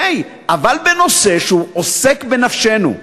אבל בנושא שעוסק בנפשנו,